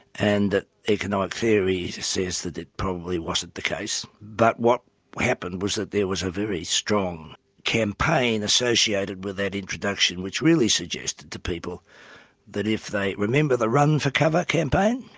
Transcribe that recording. and that economic theory says that it probably wasn't the case, but what what happened was that there was a very strong campaign associated with that introduction, which really suggested to people that if they remember remember the run for cover campaign?